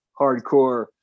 hardcore